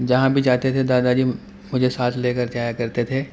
جہاں بھی جاتے تھے دادا جی مجھے ساتھ لے کر جایا کرتے تھے